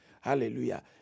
Hallelujah